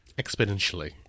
Exponentially